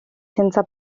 senza